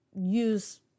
use